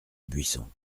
buisson